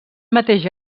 mateix